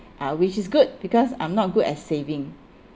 uh which is good because I'm not good at saving